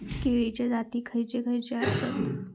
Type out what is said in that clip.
केळीचे जाती खयचे खयचे आसत?